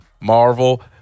Marvel